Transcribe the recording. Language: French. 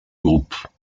groupe